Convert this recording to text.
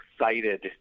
excited